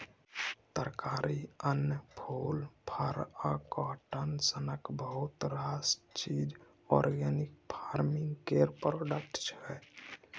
तरकारी, अन्न, फुल, फर आ काँटन सनक बहुत रास चीज आर्गेनिक फार्मिंग केर प्रोडक्ट छै